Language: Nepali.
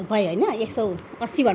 भयो होइन एक सौै अस्सी भन